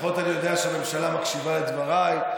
לפחות אני יודע שהממשלה מקשיבה לדבריי,